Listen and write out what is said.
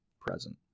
present